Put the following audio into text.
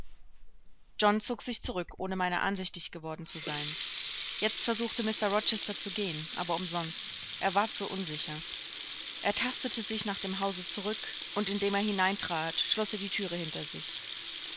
john zog sich zurück ohne meiner ansichtig geworden zu sein jetzt versuchte mr rochester zu gehen aber umsonst er war zu unsicher er tastete sich nach dem hause zurück und indem er hineintrat schloß er die thür hinter sich